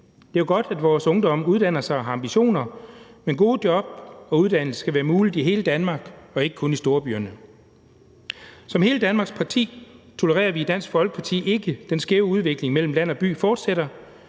Det er jo godt, at vores ungdom uddanner sig og har ambitioner, men gode job og uddannelse skal være muligt i hele Danmark og ikke kun i storbyerne. Som hele Danmarks parti tolererer vi i Dansk Folkeparti ikke, at den skæve udvikling mellem land og by fortsætter,